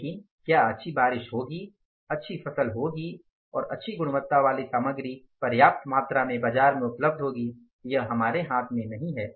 लेकिन क्या अच्छी बारिश होगी अच्छी फसल होगी और अच्छी गुणवत्ता वाली सामग्री पर्याप्त मात्रा में बाज़ार में उपलब्ध होगी यह हमारे हाथ में नहीं है